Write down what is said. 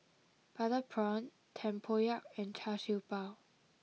Butter Prawn Tempoyak and Char Siew Bao